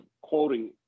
quoting